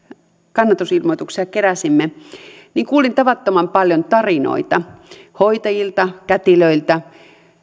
kannatusilmoituksia keräsimme kuulin tavattoman paljon tarinoita hoitajilta kätilöiltä